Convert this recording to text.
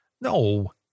No